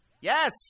Yes